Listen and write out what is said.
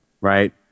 right